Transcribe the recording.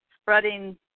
spreading